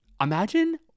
Imagine